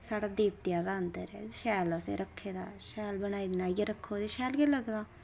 साढ़ा देवतें आह्ला अंदर ऐ असें रक्खे दा शैल बनाई बनाइयै रक्खो ते शैल गै लगदा